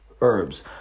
herbs